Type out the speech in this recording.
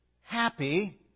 happy